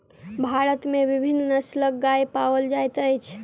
भारत में विभिन्न नस्लक गाय पाओल जाइत अछि